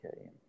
okay